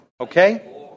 Okay